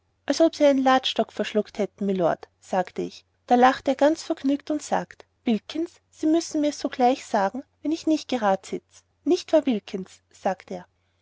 ob sie einen ladstock verschluckt hätten mylord sag ich da lacht er ganz vergnügt und sagt wilkins sie müssen mir's sogleich sagen wenn ich nicht gerad sitze nicht wahr wilkins sagt er